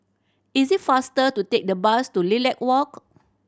is it faster to take the bus to Lilac Walk